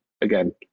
again